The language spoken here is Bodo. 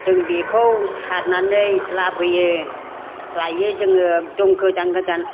जों बेखौ सारनानै लाबोयो लायो जोङो एकदम गोजान गोजान